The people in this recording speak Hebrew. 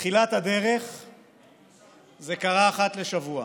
בתחילת הדרך זה קרה אחת לשבוע,